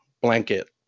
blanket